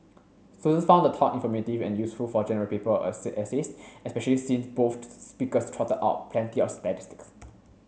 students found the talk informative and useful for General Paper essays especially since both speakers trotted out plenty of statistics